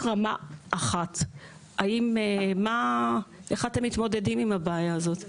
רמה 1. איך אתם מתמודדים עם הבעיה הזו?